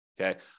Okay